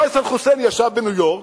פייסל חוסייני ישב בניו-יורק,